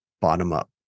bottom-up